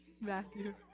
Matthew